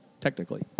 technically